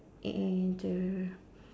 and the